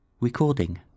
Recording